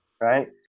right